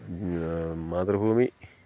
പിന്നെ മാതൃഭൂമി